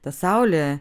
ta saulė